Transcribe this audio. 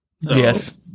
Yes